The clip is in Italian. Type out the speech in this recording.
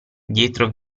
dentro